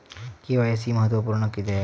KYC महत्त्वपुर्ण किद्याक?